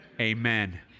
Amen